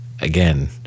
Again